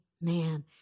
man